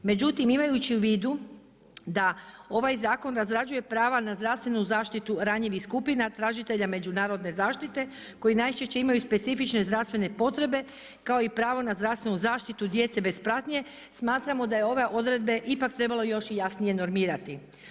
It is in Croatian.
Međutim, imajući u vidu da ovaj zakon razrađuje prava na zdravstvenu zaštitu ranjivih skupina tražitelja međunarodne zaštite koji najčešće imaju specifične zdravstvene potrebe kao i pravo na zdravstvenu zaštitu djece bez pratnje smatramo da je ove odredbe ipak trebalo još i jasnije normirati.